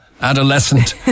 adolescent